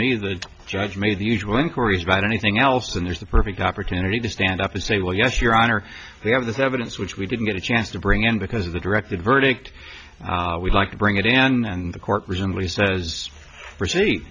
me the judge made the usual inquiries about anything else and there's the perfect opportunity to stand up and say well yes your honor we have this evidence which we didn't get a chance to bring in because of the directed verdict we'd like to bring it in and the court reasonably says